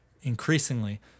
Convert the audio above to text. increasingly